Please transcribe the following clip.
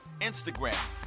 instagram